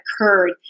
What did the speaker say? occurred